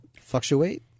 fluctuate